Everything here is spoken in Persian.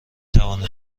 توانید